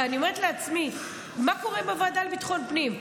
אני אומרת לעצמי: מה קורה בוועדה לביטחון פנים?